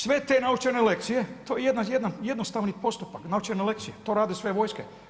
Sve te naučene lekcije, to je jednostavni postupak naučena lekcija, to rade sve vojske.